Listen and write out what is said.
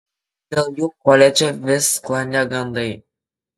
dėl jų koledže vis sklandė gandai